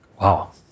Wow